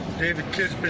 david kidd.